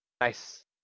Nice